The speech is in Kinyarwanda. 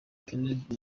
kennedy